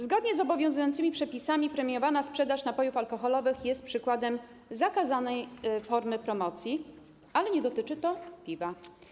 Zgodnie z obowiązującymi przepisami premiowana sprzedaż napojów alkoholowych jest przykładem zakazanej formy promocji, ale nie dotyczy to piwa.